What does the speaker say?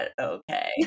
okay